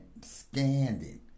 scanning